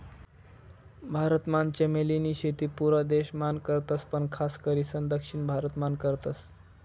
भारत मान चमेली नी शेती पुरा देश मान करतस पण खास करीसन दक्षिण भारत मान करतस